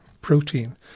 protein